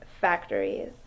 factories